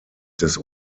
des